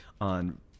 on